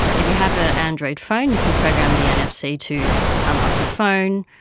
if you have an android phone you can program the nfc to unlock your phone,